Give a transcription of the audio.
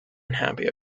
unhappy